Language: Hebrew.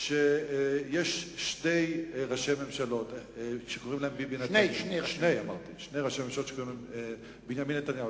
שיש שני ראשי ממשלות שקוראים להם בנימין נתניהו,